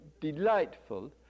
delightful